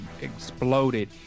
exploded